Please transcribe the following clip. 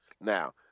Now